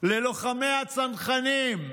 ללוחמי הצנחנים.